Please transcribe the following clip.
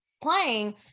playing